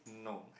no